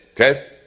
Okay